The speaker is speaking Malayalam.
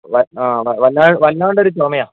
ആ വല്ലാ വല്ലാണ്ടൊരു ചുമയാ